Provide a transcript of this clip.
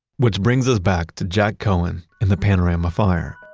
which brings us back to jack cohen and the panorama fire.